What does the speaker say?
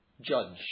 judge